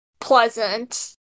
pleasant